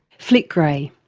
flick grey.